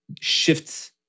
shifts